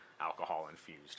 alcohol-infused